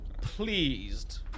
pleased